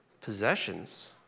possessions